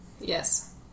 Yes